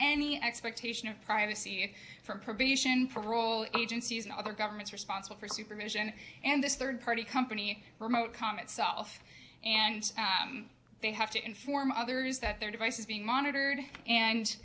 any expectation of privacy and for probation parole agencies and other governments responsible for supervision and this rd party company remote com itself and they have to inform others that their device is being monitored and